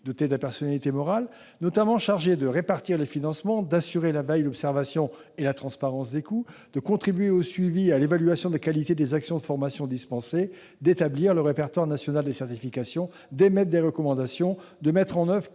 dotée de la personnalité morale chargée notamment de répartir les financements, d'assurer la veille, l'observation et la transparence des coûts, de contribuer au suivi et à l'évaluation de la qualité des actions de formation dispensées, d'établir le répertoire national des certifications professionelles, d'émettre des recommandations et de mettre en oeuvre